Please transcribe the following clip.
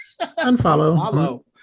unfollow